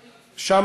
שם,